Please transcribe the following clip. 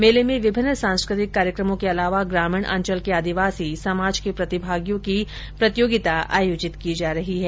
मेले में विभिन्न सांस्कृतिक कार्यक्रमों के अलावा ग्रामीण अंचल के आदिवासी समाज के प्रतिभागियों की प्रतियोगिता आयोजित की जा रही है